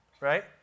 right